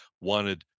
wanted